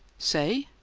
say?